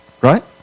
right